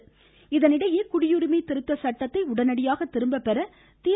ஸ்டாலின் இதனிடையே குடியுரிமை திருத்தச் சட்டத்தை உடனடியாக திரும்பப் பெற தி